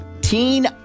Teen